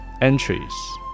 entries